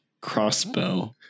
crossbow